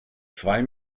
zwei